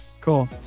Cool